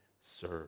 serve